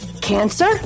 Cancer